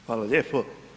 Hvala lijepo.